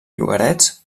llogarets